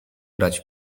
grać